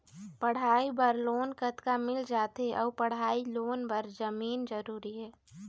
पढ़ई बर लोन कतका मिल जाथे अऊ पढ़ई लोन बर जमीन जरूरी हे?